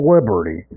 Liberty